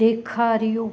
ॾेखारियो